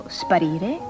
sparire